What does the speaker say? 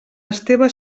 esteve